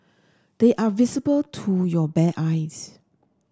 they are visible to your bare eyes